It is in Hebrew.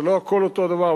זה לא הכול אותו דבר,